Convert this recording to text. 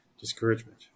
discouragement